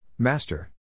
Master